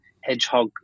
hedgehog